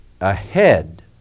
ahead